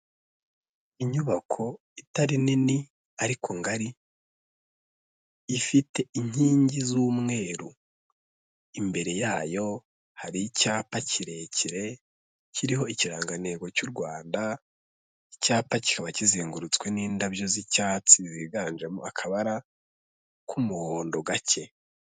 Inyubako itari nini ariko ngari, ifite inkingi z'umweru. Imbere yayo hari icyapa kirekire kiriho ikirangantego cy'u Rwanda, icyapa kiba kizengurutswe n'indabyo z'icyatsi ziganjemo akabara k'umuhondo gake.